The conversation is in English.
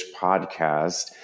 Podcast